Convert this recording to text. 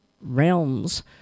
realms